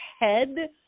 head